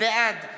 בעד